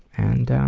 and